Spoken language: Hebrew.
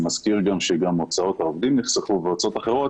מזכיר גם שהוצאות העובדים נחסכו והוצאות אחרות